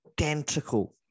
identical